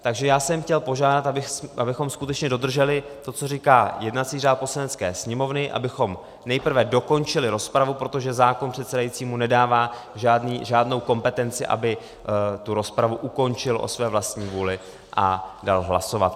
Takže já jsem chtěl požádat, abychom skutečně dodrželi to, co říká jednací řád Poslanecké sněmovny, abychom nejprve dokončili rozpravu, protože zákon předsedajícímu nedává žádnou kompetenci, aby tu rozpravu ukončil o své vlastní vůli a dal hlasovat.